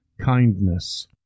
kindness